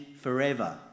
forever